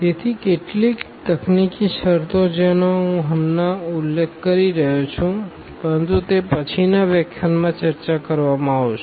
તેથી કેટલીક તકનીકી શરતો જેનો હું હમણાં જ ઉલ્લેખ કરી રહ્યો છું પરંતુ તે પછીના વ્યાખ્યાનમાં ચર્ચા કરવામાં આવશે